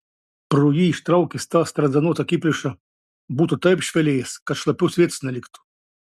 pro jį ištraukęs tą strazdanotą akiplėšą būtų taip išvelėjęs kad šlapios vietos neliktų